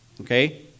okay